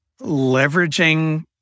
leveraging